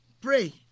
Pray